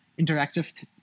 interactive